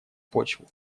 почву